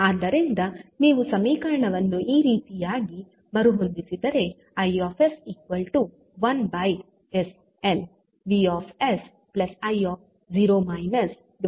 ಆದ್ದರಿಂದ ನೀವು ಸಮೀಕರಣವನ್ನು ಈ ರೀತಿಯಾಗಿ ಮರುಹೊಂದಿಸಿದರೆ I1sL Vi0 s ಅನ್ನು ಪಡೆಯುತ್ತೀರಿ